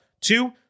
Two